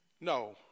no